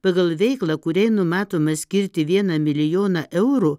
pagal veiklą kuriai numatoma skirti vieną milijoną eurų